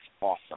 awesome